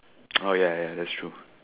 oh ya ya that's true